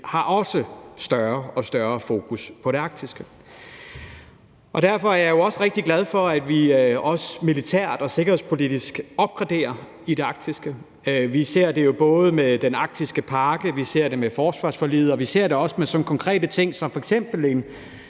har større og større fokus på det arktiske. Derfor er jeg rigtig glad for, at vi også militært og sikkerhedspolitisk opgraderer i det arktiske. Vi ser det jo både med den arktiske pakke, vi ser det med forsvarsforliget, og vi ser det også med konkrete ting som f.eks.